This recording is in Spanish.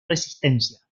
resistencia